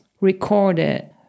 recorded